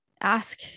ask